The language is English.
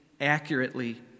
accurately